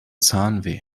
zahnweh